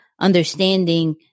understanding